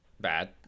bad